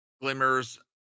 glimmers